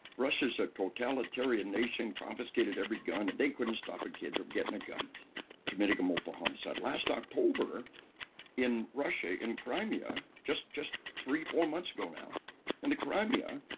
russia's a totalitarian nation confiscated every gun they couldn't stop a kid from getting a gun committing a multiple homicide. last october in russia, in crimea, just just three four months ago in and the crimea,